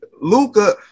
Luca